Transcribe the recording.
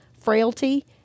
frailty